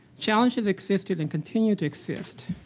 challenges existed and continue to exist.